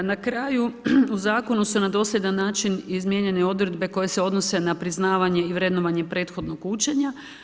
Na kraju, u zakonu su na dosljedan način izmijenjene odredbe koje se odnose na priznavanje i vrednovanje prethodnog učenja.